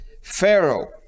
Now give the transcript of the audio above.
Pharaoh